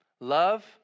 love